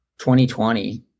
2020